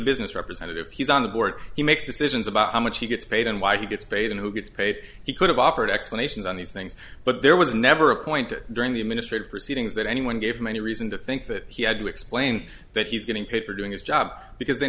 business representative he's on the board he makes decisions about how much he gets paid and why he gets paid and who gets paid he could have offered explanations on these things but there was never a point during the administrative proceedings that anyone gave them any reason to think that he had to explain that he's getting paid for doing his job because they